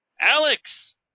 Alex